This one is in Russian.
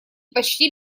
почти